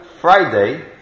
Friday